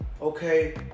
okay